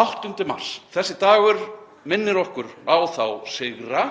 8. mars. Þessi dagur minnir okkur á þá sigra